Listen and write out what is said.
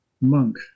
monk